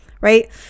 right